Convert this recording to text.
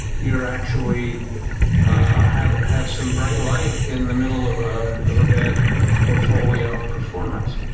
you're actually have have some bright light in the middle of ah of a bad portfolio performance.